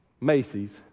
Macy's